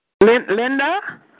Linda